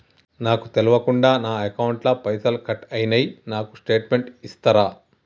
నాకు తెల్వకుండా నా అకౌంట్ ల పైసల్ కట్ అయినై నాకు స్టేటుమెంట్ ఇస్తరా?